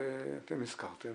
אחרי שנים,